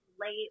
late